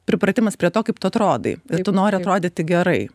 pripratimas prie to kaip tu atrodai tu nori atrodyti gerai